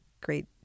Great